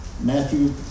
Matthew